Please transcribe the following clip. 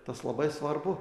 tas labai svarbu